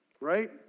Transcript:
Right